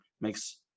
makes